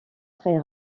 très